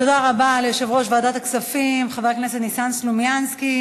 תודה רבה ליושב-ראש ועדת הכספים חבר הכנסת ניסן סלומינסקי.